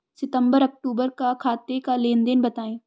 सितंबर अक्तूबर का खाते का लेनदेन बताएं